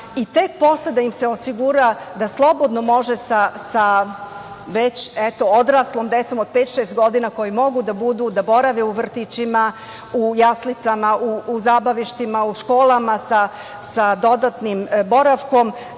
i tek posle da im se osigura da slobodno može sa već eto odraslom decom od pet, šest godina, koja mogu da borave u vrtićima, u jaslicama, u zabavištima , u školama sa dodatnim boravkom